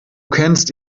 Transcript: kennst